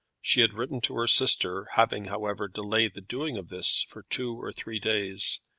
she had written to her sister, having, however, delayed the doing of this for two or three days,